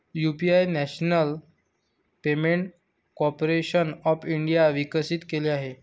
UPI national payment corporation of इंडियाने विकसित केले आहे